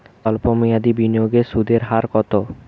সল্প মেয়াদি বিনিয়োগের সুদের হার কত?